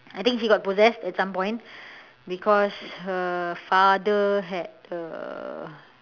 I think he got possessed at some point because her father had err